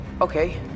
Okay